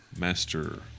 master